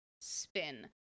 spin